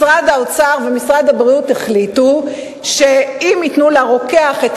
משרד האוצר ומשרד הבריאות החליטו שאם ייתנו לרוקח את